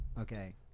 Okay